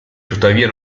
tuttavia